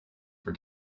for